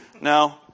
No